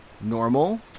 normal